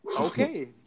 Okay